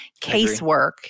casework